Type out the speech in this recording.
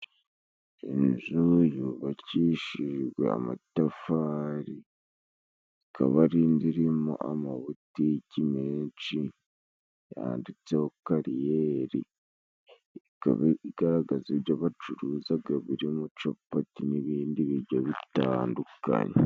Inzu yubakishijwe amatafari, ikaba ari inzu irimo amabutiki menshi yanditseho kariyeri ,ikaba igaragaza ibyo bacuruzaga birimo capati n'ibindi bijyo bitandukanye.